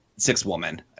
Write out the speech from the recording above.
Six-woman